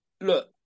look